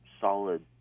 solid